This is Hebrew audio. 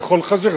לאכול חזיר,